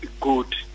good